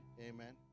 Amen